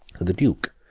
the duke,